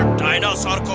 dinosaur